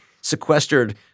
sequestered